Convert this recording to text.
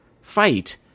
fight